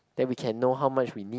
then we can know how much we need